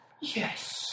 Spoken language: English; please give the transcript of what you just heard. yes